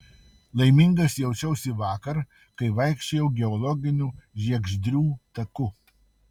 laimingas jaučiausi vakar kai vaikščiojau geologiniu žiegždrių taku